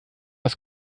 das